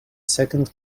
second